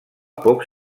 poc